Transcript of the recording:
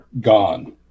gone